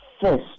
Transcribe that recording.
first